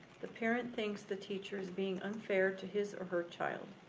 the parent thinks the teacher is being unfair to his or her child.